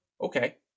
okay